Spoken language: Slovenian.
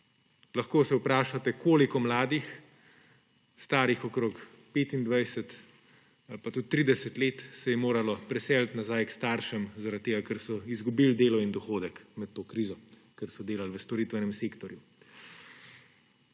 Lahko se vprašate, koliko mladih, starih okrog 25 ali pa tudi 30 let, se je moralo preseliti nazaj k staršem zaradi tega, ker so izgubili delo in dohodek med to krizo, ker so delali v storitvenem sektorju.